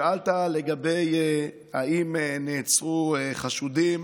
שאלת אם נעצרו חשודים.